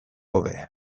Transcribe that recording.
hobe